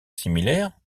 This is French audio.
similaire